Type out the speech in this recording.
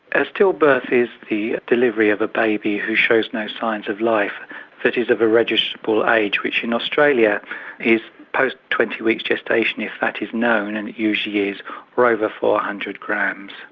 a stillbirth is the delivery of a baby who shows no signs of life that is of a registrable age which in australia is post twenty weeks gestation if that is known and it usually or over four hundred grams.